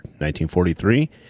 1943